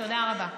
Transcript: תודה רבה.